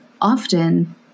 often